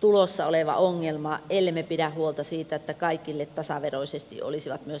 tulossa oleva ongelma ellemme pidä huolta siitä että kaikilla tasaveroisesti olisivat myös ammattikorkeakoulumahdollisuudet käytettävissä